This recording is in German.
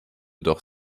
doch